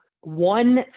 one